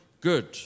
good